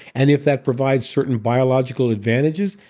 and if that provides certain biological advantages,